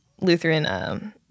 Lutheran